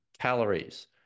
calories